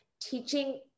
teaching